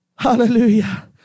Hallelujah